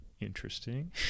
interesting